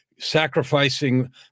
sacrificing